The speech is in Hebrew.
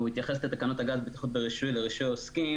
התייחס לתקנות הגז (בטיחות ורישוי) (רישוי עוסקים),